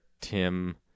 Tim